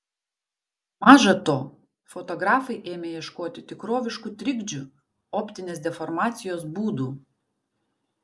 maža to fotografai ėmė ieškoti tikroviškų trikdžių optinės deformacijos būdų